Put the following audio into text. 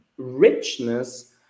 richness